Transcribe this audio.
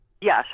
Yes